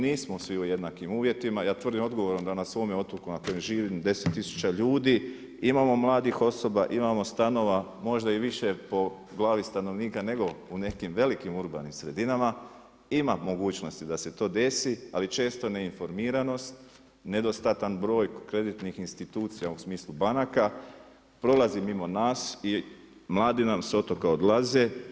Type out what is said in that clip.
Nismo svi u jednakim uvjetima, ja tvrdim odgovorno da na svojem otoku na kojem živim, 10 tisuća ljudi, imamo mladih osoba, imamo stanova, možda i više po glavi stanovnika nego u nekim velikim urbanim sredinama, ima mogućnosti da se to desi ali često neinformiranost, nedostatan broj kreditnih institucija u smislu banaka prolazi mimo nas i mladi nam s otoka odlaze.